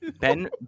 Ben